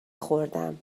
خوردم